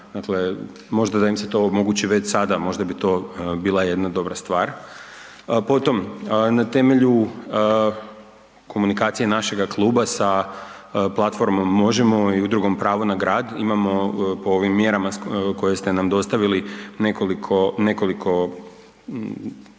Dakle, možda da im se to omogući već sada možda bi to bila jedna stvar. Potom, na temelju komunikacije našega kluba sa platformom Možemo i Udrugom Pravo na grad, imamo po ovim mjerama koje ste nam dostavili nekoliko,